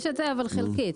יש את זה באופן חלקי.